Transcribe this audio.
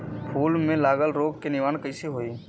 फूल में लागल रोग के निवारण कैसे होयी?